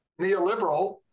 neoliberal